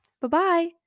Bye-bye